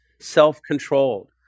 self-controlled